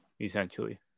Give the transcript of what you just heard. essentially